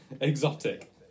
Exotic